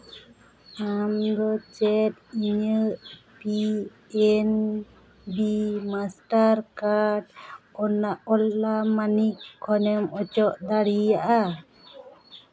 ᱟᱢ ᱫᱚ ᱤᱧᱟᱹᱜ P N B Mastercard ᱚᱱᱟ ᱚᱞᱟ ᱢᱟᱹᱱᱤ ᱠᱷᱚᱱᱮᱢ ᱚᱪᱚᱜ ᱫᱟᱲᱮᱭᱟᱜᱼᱟ